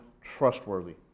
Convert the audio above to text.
trustworthy